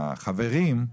החברים,